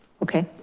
okay,